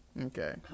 Okay